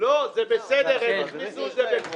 פשוט לא להאמין.